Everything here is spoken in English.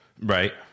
right